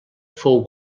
fou